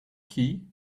key